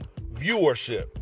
viewership